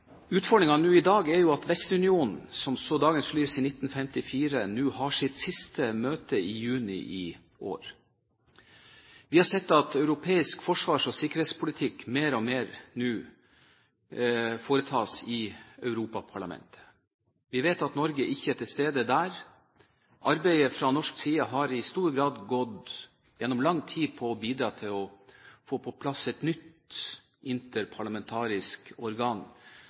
i dag er jo at Den vesteuropeiske union, som så dagens lys i 1954, har sitt siste møte i juni i år. Vi har sett at europeisk forsvars- og sikkerhetspolitikk mer og mer foretas i Europaparlamentet. Vi vet at Norge ikke er til stede der. Arbeidet fra norsk side har gjennom lang tid i stor grad gått ut på å bidra til å få på plass et nytt interparlamentarisk organ